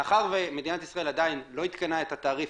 מאחר ומדינת ישראל עדיין לא עדכנה את התעריף,